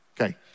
okay